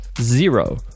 Zero